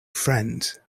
friends